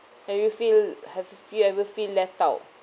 have you feel have you feel ever feel left out